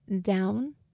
down